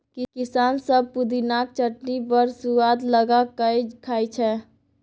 किसान सब पुदिनाक चटनी बड़ सुआद लगा कए खाइ छै